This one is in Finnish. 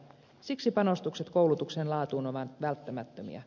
siksi panostukset koulutuksen laatuun ovat välttämättömiä